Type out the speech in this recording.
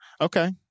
Okay